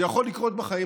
זה יכול לקרות בחיים.